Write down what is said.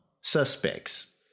suspects